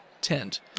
tent